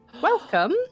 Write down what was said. Welcome